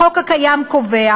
החוק הקיים קובע